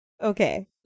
Okay